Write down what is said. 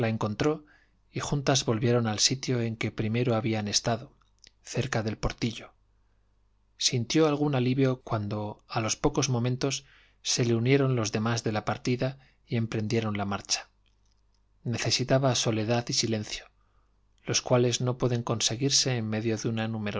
encontró y juntas volvieron al sitio en que primero habían estado cerca del portillo sintió algún alivio cuando a los pocos momentos se le unieron los demás de la partida y emprendieron la marcha necesitaba soledad y silencio los cuales aun pueden conseguirse en medio de una